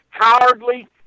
cowardly